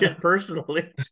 personally